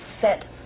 set